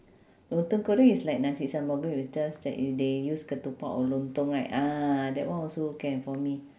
lontong kering is like nasi sambal goreng is just that they use ketupat or lontong right ah that one also can for me